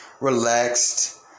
relaxed